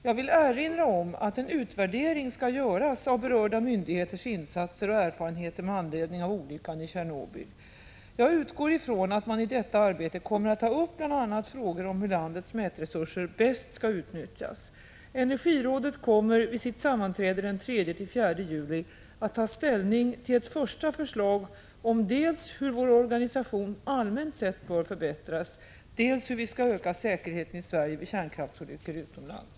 Jag vill erinra om att en utvärdering skall göras av berörda myndigheters insatser och erfarenheter med anledning av olyckan i Tjernobyl. Jag utgår från att man i detta arbete kommer att ta upp bl.a. frågan om hur landets mätresurser bäst skall utnyttjas. Energirådet kommer vid sitt sammanträde den 3-4 juli att ta ställning till ett första förslag om dels hur vår organisation allmänt sett bör förbättras, dels hur vi skall öka säkerheten i Sverige vid kärnkraftsolyckor utomlands.